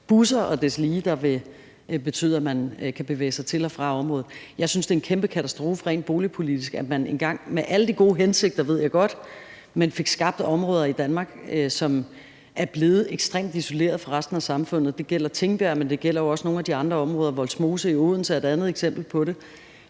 busser og deslige, hvilket vil betyde, at man kan bevæge sig til og fra området. Jeg synes, det rent boligpolitisk er en kæmpe katastrofe, at man engang ud fra alle gode hensigter – det ved jeg godt – fik skabt områder i Danmark, som er blevet ekstremt isoleret fra resten af samfundet. Det gælder Tingbjerg, men det gælder også nogle af de andre områder som Vollsmose i Odense, som er et andet eksempel, hvor